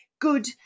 good